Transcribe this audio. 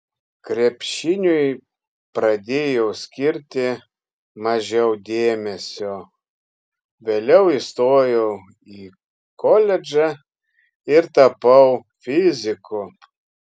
krepšiniui pradėjau skirti mažiau dėmesio vėliau įstojau į koledžą ir tapau fiziku